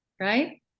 right